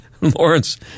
Lawrence